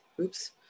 Oops